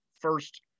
first